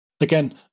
Again